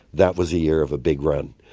that was the year of a big run.